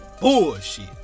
bullshit